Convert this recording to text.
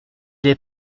est